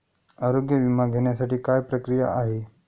आरोग्य विमा घेण्यासाठी काय प्रक्रिया आहे?